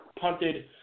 punted